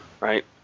right